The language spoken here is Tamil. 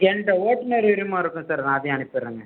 என்ட்ட ஓட்டுநர் உரிமம் இருக்குது சார் அதையும் அனுப்பிடுறேங்க